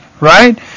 Right